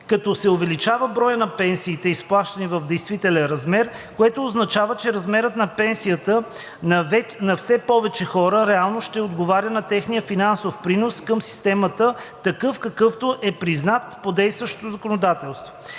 като се увеличава броят на пенсиите, изплащани в действителен размер, което означава, че размерът на пенсията на все повече хора реално ще отговаря на техния финансов принос към системата такъв, какъвто е признат по действащото законодателство.